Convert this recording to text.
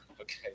Okay